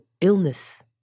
illness